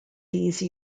these